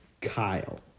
Kyle